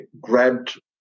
grabbed